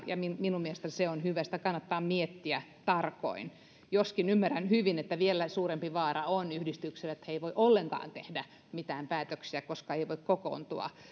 minun mielestäni se on hyvä sitä kannattaa miettiä tarkoin joskin ymmärrän hyvin että vielä suurempi vaara on yhdistykselle että se ei voi ollenkaan tehdä mitään päätöksiä koska ei voi kokoontua